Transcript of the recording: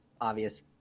obvious